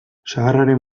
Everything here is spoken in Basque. sagarraren